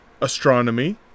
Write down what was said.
astronomy